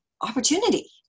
opportunity